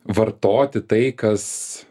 vartoti tai kas